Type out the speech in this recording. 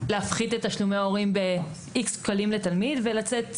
להפחית את תשלומי ההורים ב-X שקלים לתלמיד ולצאת "גיבורים".